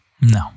No